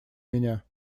меня